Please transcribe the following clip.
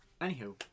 Anywho